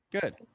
Good